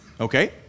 okay